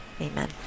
Amen